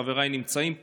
חבריי נמצאים פה,